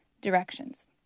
directions